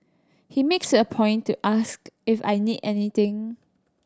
he makes a point to ask if I need anything